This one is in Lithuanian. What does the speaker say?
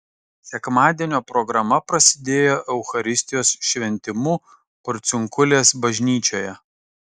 sekmadienio programa prasidėjo eucharistijos šventimu porciunkulės bažnyčioje